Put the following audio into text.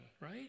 right